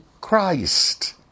Christ